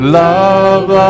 love